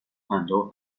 پنجاه